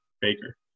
Baker